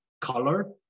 color